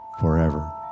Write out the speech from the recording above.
forever